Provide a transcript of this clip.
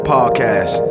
Podcast